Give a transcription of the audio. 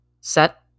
set